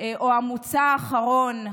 או המוצא האחרון.